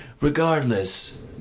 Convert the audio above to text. Regardless